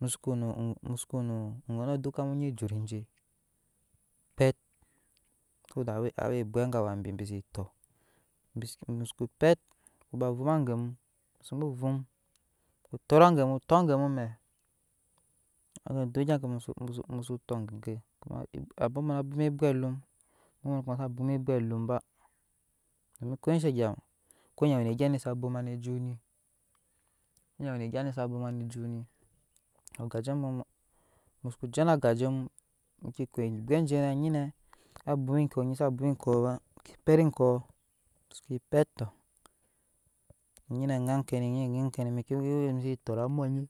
Musuko musuke gens dukka mu nyi jut enje pet sedat awe ebwee gaawa bitɔ musuko pet bow vugum angemu sobo vugu tet angemu tɔ angemu mɛɛ duk egya ke musu musu tɔ geke abobow kumasa bwoma ebwe a. lum ba dom kashen gya ko dɛɛ wene egyan ni sa bwoma ne jut ni ko dɛɛ we ne egya ni sabwoma ne ju ni ogajemu musoko je ada egajemu biki ko ebwet jonu no nyine abwoma kyɔ annyine sa bwoma enkyɔ ba bi ke pebe enkɔ tɔ bike pet tɔ nnyi nɛ jai enkeni biki wewere je ke tot amɔye